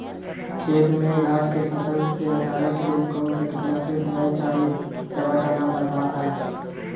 खेत में घास के फसल से हटावे के लेल कौन किटनाशक दवाई चाहि दवा का नाम बताआई?